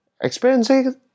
experiencing